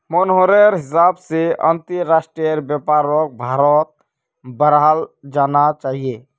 मोहनेर हिसाब से अंतरराष्ट्रीय व्यापारक भारत्त बढ़ाल जाना चाहिए